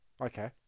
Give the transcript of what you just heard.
okay